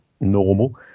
normal